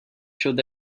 showed